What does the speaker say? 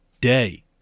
day